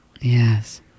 Yes